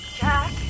Jack